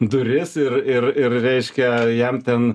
duris ir ir ir reiškia jam ten